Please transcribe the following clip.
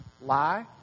Lie